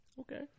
Okay